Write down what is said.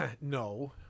no